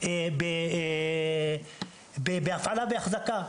להפעלה ואחזקה.